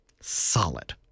solid